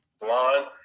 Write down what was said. blonde